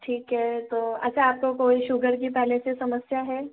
ठीक है तो अच्छा आपको कोई शुगर की पहले से समस्या है